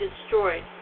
destroyed